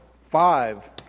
five